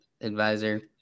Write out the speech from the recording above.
advisor